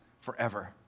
forever